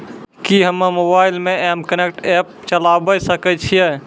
कि हम्मे मोबाइल मे एम कनेक्ट एप्प चलाबय सकै छियै?